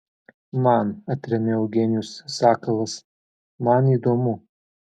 man atremia eugenijus sakalas man įdomu